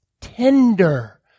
Tender